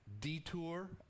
detour